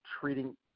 treating